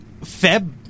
Feb